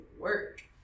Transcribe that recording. work